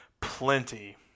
plenty